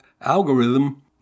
algorithm